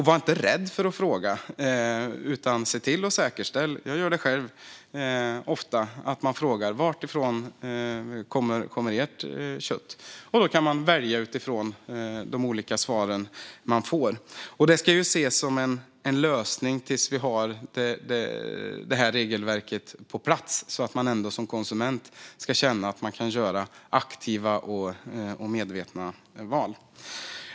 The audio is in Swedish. Var inte rädd för att fråga! Se till att säkerställa vad det är! Jag gör det själv ofta. Det gäller att man frågar: Varifrån kommer ert kött? Sedan kan man välja utifrån de olika svaren man får. Det ska ses som en lösning till dess vi har regelverket på plats så att man ändå som konsument ska känna att man kan göra aktiva och medvetna val.